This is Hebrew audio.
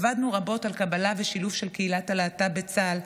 עבדנו רבות על קבלה ושילוב של קהילת הלהט"ב בצה"ל.